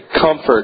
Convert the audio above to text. comfort